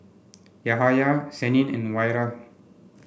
Yahaya Senin and Wira